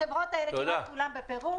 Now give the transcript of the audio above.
החברות האלה, כמעט כולן בפירוק.